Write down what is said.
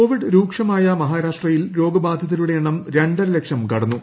Covid രൂക്ഷമായ മഹാരാഷ്ട്രയിൽ രോഗബാധിതരുടെ എണ്ണം രണ്ടര ലക്ഷം കടന്നു